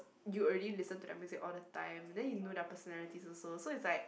you already listen to their music all the time then you know their personalities also so it's like